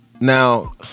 Now